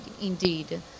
indeed